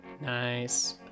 Nice